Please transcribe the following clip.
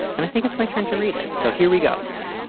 and i think it's my turn to read it. so here we go. yep.